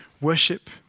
worship